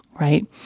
right